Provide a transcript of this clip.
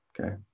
Okay